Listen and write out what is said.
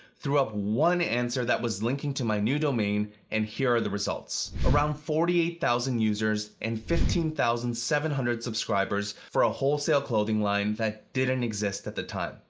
threw up one answer that was linking to my new domain and here are the results. around forty eight thousand users and fifteen thousand seven hundred subscribers for a wholesale clothing line that didn't exist at the time.